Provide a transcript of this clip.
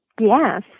Yes